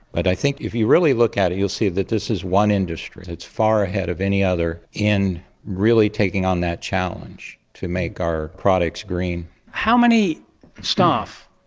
but i think if you really look at it, you'll see that this is one industry that's far ahead of any other in really taking on that challenge to make our products green. how many staff,